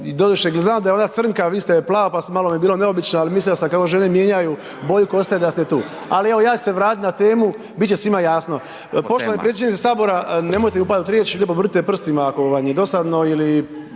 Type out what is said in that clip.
razumije/… da je ona crnka, vi ste plava, pa se malo mi je bilo neobično, ali mislio sam kako žene mijenjaju boju kose da ste tu, ali evo ja ću se vratit na temu, bit će svima jasno. Poštovani predsjedniče HS nemojte mi upadat u riječ, lijepo vrtite prstima ako vam je dosadno ili